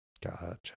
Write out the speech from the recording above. Gotcha